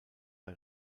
bei